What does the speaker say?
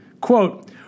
Quote